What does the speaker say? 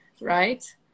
right